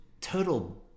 total